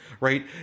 right